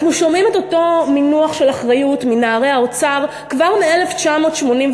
אנחנו שומעים את אותו מינוח של אחריות מנערי האוצר כבר מ-1985.